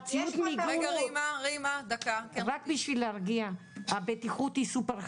רק בשביל להרגיע, הבטיחות הוא סופר חשובה.